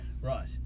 right